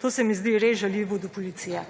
To se mi zdi res žaljivo do policije.